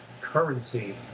currency